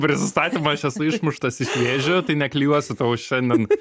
prisistatymo aš esu išmuštas iš vėžių tai ne klijuosiu tau šiandien